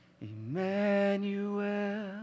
Emmanuel